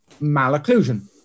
malocclusion